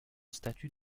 statut